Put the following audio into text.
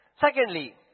Secondly